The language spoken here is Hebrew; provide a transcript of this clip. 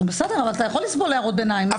אתה יכול לסבול הערות בינייים.